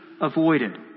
avoided